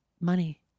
Money